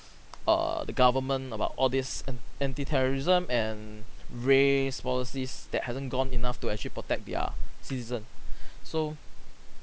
err the government about all this an anti-terrorism and race policies that hasn't gone enough to actually protect their citizen so